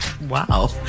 Wow